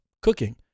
cooking